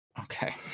okay